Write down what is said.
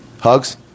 Hugs